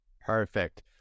Perfect